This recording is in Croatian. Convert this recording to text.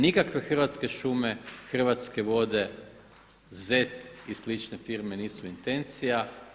Nikakve Hrvatske šume, Hrvatske vode, ZET i slične firme nisu intencija.